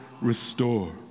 restore